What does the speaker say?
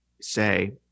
say